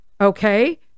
okay